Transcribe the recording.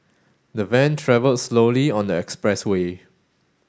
the van travelled slowly on the express way